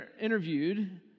interviewed